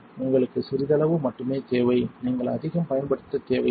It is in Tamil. உங்களுக்கு சிறிதளவு மட்டுமே தேவை நீங்கள் அதிகம் பயன்படுத்த தேவையில்லை